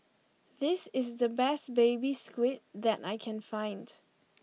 this is the best Baby Squid that I can find